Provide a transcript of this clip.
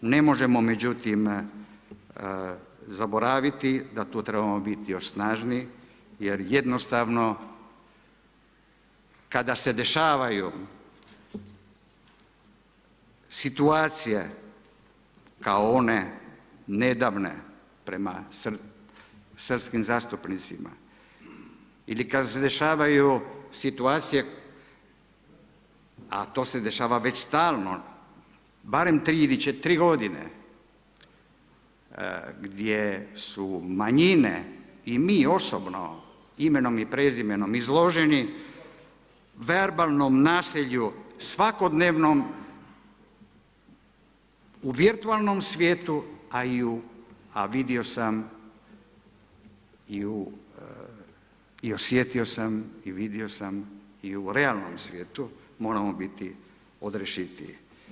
Ne možemo međutim zaboraviti da tu trebamo biti još snažniji jer jednostavno kada se dešavaju situacije kao one nedavne prema srpskim zastupnicima ili kad se dešavaju situacije a to se dešava već stalno barem 3 godine gdje su manjine i mi osobno imenom i prezimenom, izloženi verbalnom nasilju svakodnevnom u virtualnom svijetu a vidio sam i osjetio sam i u realnom svijetu, moramo biti odrješitiji.